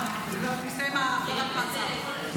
מסתיים --- מעצר.